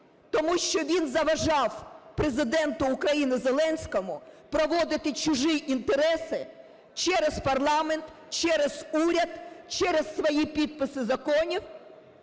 Тому що він заважав Президенту України Зеленському проводити чужі інтереси через парламент, через уряд, через свої підписи законів.